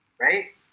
right